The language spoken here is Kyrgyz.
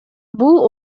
бул